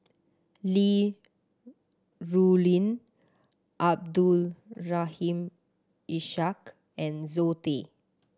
Li Rulin Abdul Rahim Ishak and Zoe Tay